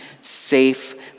safe